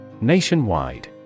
Nationwide